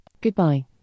Goodbye